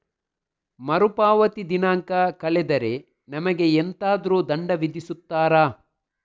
ಮರುಪಾವತಿ ದಿನಾಂಕ ಕಳೆದರೆ ನಮಗೆ ಎಂತಾದರು ದಂಡ ವಿಧಿಸುತ್ತಾರ?